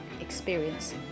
experience